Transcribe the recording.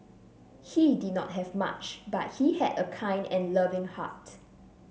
he did not have much but he had a kind and loving heart